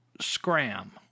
scram